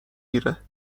گیره